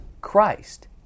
Christ